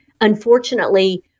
unfortunately